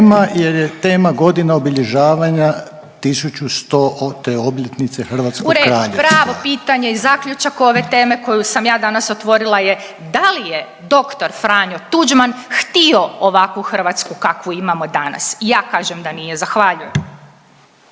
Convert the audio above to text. tema godina obilježavanja 1100. obljetnice Hrvatskog kraljevstva. **Vukovac, Ružica (Nezavisni)** U redu. Pravo pitanje i zaključak ove teme koju sam ja danas otvorila je da li je dr. Franjo Tuđman htio ovaku Hrvatsku kakvu imamo danas? Ja kažem da nije. Zahvaljujem.